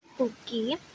okay